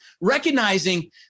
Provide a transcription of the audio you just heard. recognizing